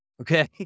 Okay